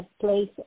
place